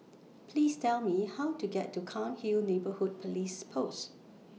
Please Tell Me How to get to Cairnhill Neighbourhood Police Post